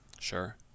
Sure